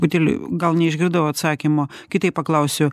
truputėlį gal neišgirdau atsakymo kitaip paklausiu